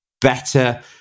better